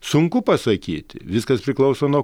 sunku pasakyti viskas priklauso nuo